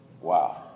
Wow